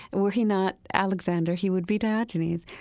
were he not alexander, he would be diogenes.